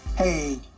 hey,